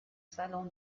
salon